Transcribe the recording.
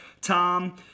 Tom